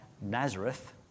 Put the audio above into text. Nazareth